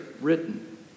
written